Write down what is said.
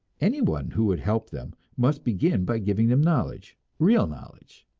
anyone who would help them must begin by giving them knowledge, real knowledge.